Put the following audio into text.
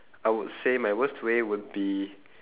I would say my worst way would be